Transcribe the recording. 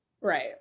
Right